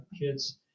kids